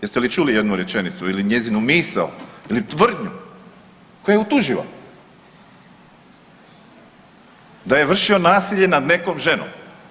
Jeste li čuli ijednu rečenicu ili njezinu misao ili tvrdnju koja je utuživa da je vršio nasilje nad nekom ženom?